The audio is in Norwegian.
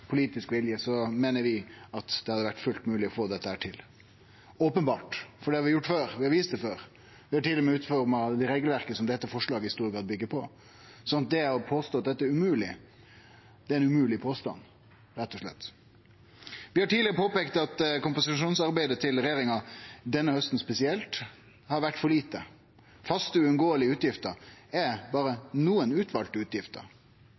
politisk vilje, meiner vi at det hadde vore fullt mogleg å få dette til. Openbert, for det har vi gjort før. Vi har vist det før, og vi har til og med utforma regelverket som dette forslaget i stor grad byggjer på. Så det å påstå at dette er umogleg, er ein umogleg påstand, rett og slett. Vi har tidlegare påpeikt at kompensasjonsarbeidet til regjeringa, spesielt denne hausten, har vore for lite. Faste, uunngåelege utgifter er berre nokre utvalte utgifter.